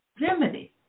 remedy